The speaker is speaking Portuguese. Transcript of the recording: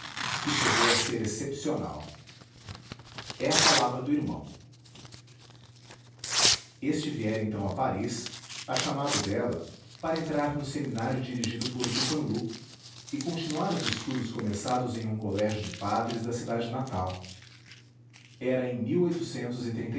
que chegou a ser excepcional é a palavra do irmão este viera então a paris a chamado dela para entrar no seminário dirigido por dupanloup e continuar os estudos começados em um colégio de padres da cidade natal era em